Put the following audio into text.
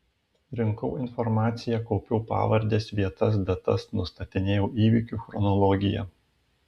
rinkau informaciją kaupiau pavardes vietas datas nustatinėjau įvykių chronologiją